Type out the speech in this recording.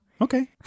Okay